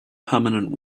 permanent